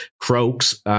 Croaks